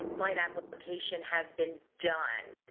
my application has been done.